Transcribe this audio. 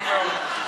נכון מאוד.